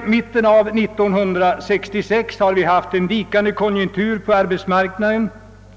Sedan mitten av 1966 har vi haft en vikande konjunktur på arbetsmarknaden